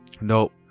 Nope